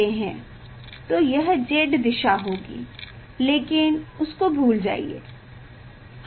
हम इसे x दिशा ले रहे हैं यह y दिशा है और इसके लंबवत है z दिशा अब अगर हम वोल्टेज आरोपित करते हैं मतलब अगर आप इलेक्ट्रिक फील्ड लगाते हैं तो क्या होगा